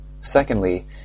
Secondly